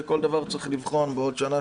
כל דבר צריך לבחון בעוד שנה,